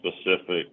specific